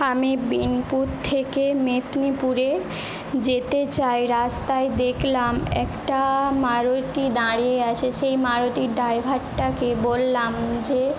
আমি বিনপুর থেকে মেদিনীপুরে যেতে চাই রাস্তায় দেখলাম একটা মারুতি দাঁড়িয়ে আছে সেই মারুতির ডাইভারটাকে বললাম যে